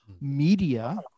media